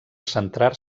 centrar